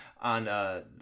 on